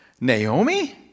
Naomi